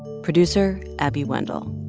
producer abby wendle.